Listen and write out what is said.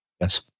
Yes